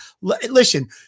Listen